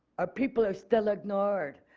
our people are still ignored,